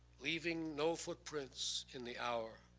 leaving no footprints in the hour.